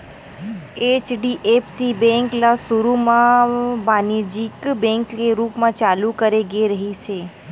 HDFC bank ल सुरू म बानिज्यिक बेंक के रूप म चालू करे गे रिहिस हे